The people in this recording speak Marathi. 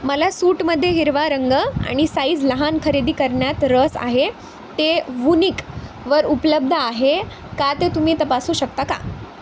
मला सूटमध्ये हिरवा रंग आणि साईज लहान खरेदी करण्यात रस आहे ते वुनिक वर उपलब्ध आहे का ते तुम्ही तपासू शकता का